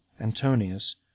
Antonius